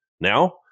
now